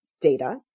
Data